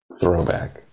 throwback